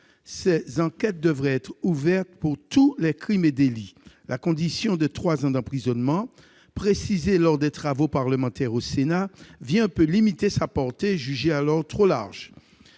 ces enquêtes devaient être ouvertes pour tous les crimes et délits. La condition des trois ans d'emprisonnement, introduite lors des travaux au Sénat, vient un peu limiter sa portée, qui avait été jugée trop large.